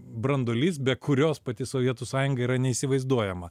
branduolys be kurios pati sovietų sąjunga yra neįsivaizduojama